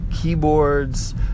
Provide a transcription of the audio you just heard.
keyboards